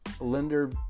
lender